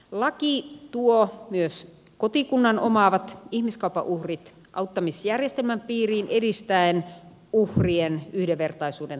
laki tuo myös kotikunnan omaavat ihmiskaupan uhrit auttamisjärjestelmän piiriin edistäen uhrien yhdenvertaisuuden toteuttamista